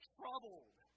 troubled